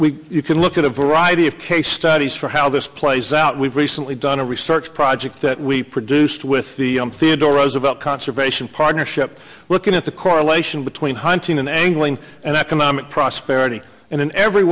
you can look at a variety of case studies for how this plays out we've recently done a research project that we produced with the theodore roosevelt conservation partnership looking at the correlation between hunting and angling and economic prosperity and in every